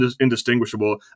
indistinguishable